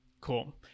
cool